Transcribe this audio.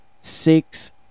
six